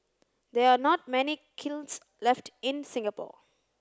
there are not many kilns left in Singapore